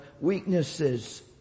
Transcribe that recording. weaknesses